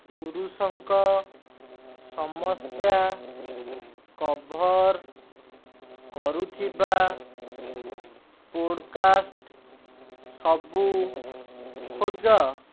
ପୁରୁଷଙ୍କ ସମସ୍ୟା କଭର୍ କରୁଥିବା ପୋଡକାଷ୍ଟ ସବୁ ଖୋଜ